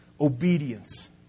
obedience